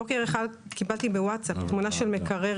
בוקר אחד קיבלתי בוואטסאפ תמונה של מקרר